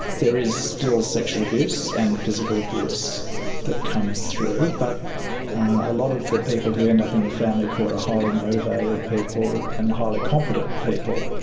there is still sexual abuse and physical abuse that comes through, but a lot of the people who end up in the family court are highly motivated people and highly competent people,